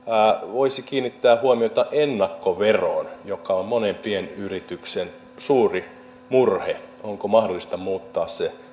voisi kiinnittää huomiota ennakkoveroon joka on monen pienyrityksen suuri murhe onko mahdollista muuttaa se